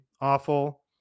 awful